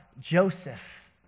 Joseph